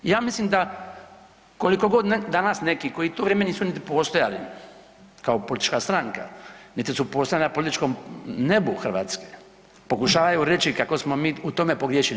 Ja mislim da kolikogod danas neki koji u to vrijeme nisu niti postojali kao politička stranka, niti su postojali na političkom nebu Hrvatske pokušavaju reći kako smo mi u tome pogriješili.